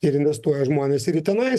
ir investuoja žmonės ir į tenais